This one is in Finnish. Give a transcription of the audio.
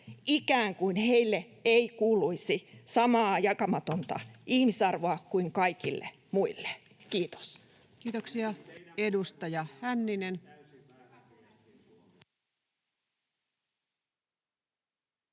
ikään kuin heille ei kuuluisi samaa jakamatonta ihmisarvoa kuin kaikille muille? — Kiitos. [Ben